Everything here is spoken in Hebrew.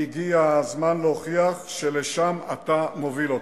הגיע הזמן להוכיח שלשם אתה מוביל אותנו.